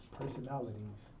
personalities